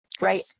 Right